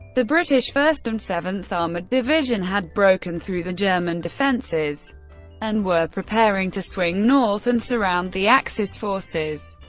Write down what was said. the british first and seventh armoured division had broken through the german defences and were preparing to swing north and surround the axis forces.